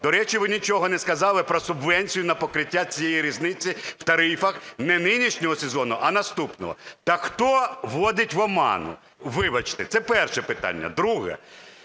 До речі, ви нічого не сказали про субвенцію на покриття цієї різниці в тарифах не нинішнього сезону, а наступного. Так хто вводить в оману, вибачте? Це перше питання. Друге.